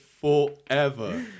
forever